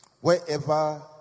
wherever